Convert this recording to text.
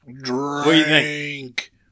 drink